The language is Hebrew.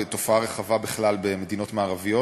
והיא תופעה רחבה בכלל במדינות מערביות,